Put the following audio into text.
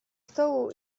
stołu